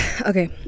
okay